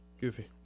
goofy